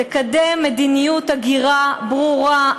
תקדם מדיניות הגירה ברורה,